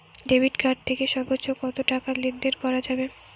Debit card থেকে সর্বোচ্চ কত টাকা লেনদেন করা যাবে?